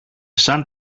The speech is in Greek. σαν